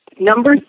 Number